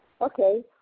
Okay